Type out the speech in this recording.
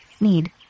need